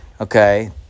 Okay